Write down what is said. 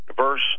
verse